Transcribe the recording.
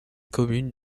communes